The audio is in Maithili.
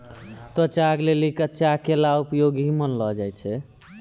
त्वचा के लेली कच्चा केला उपयोगी मानलो जाय छै